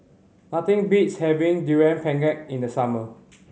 nothing beats having Durian Pengat in the summer